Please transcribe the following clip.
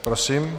Prosím.